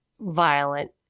violent